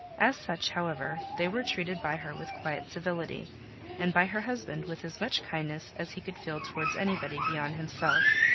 as such, however, they were treated by her with quiet civility and by her husband with as much kindness as he could feel towards anybody beyond himself,